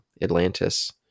Atlantis